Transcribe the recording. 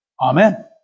Amen